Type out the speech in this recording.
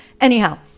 Anyhow